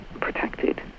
protected